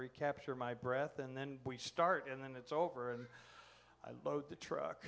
recapture my breath and then we start and then it's over and i load the truck